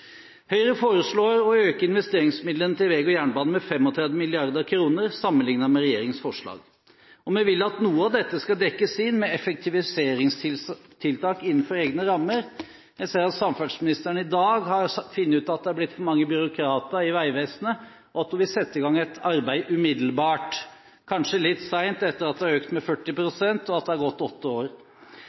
Høyre foreslår å øke investeringsmidlene til vei og jernbane med 35 mrd. kr sammenlignet med regjeringens forslag, og vi vil at noe av dette skal dekkes inn med effektiviseringstiltak innenfor egne rammer. Jeg ser at samferdselsministeren i dag har funnet ut at det er blitt for mange byråkrater i Vegvesenet, og at hun vil sette i gang et arbeid umiddelbart. Det er kanskje litt sent etter at det er økt med 40 pst., og etter at det er gått åtte år.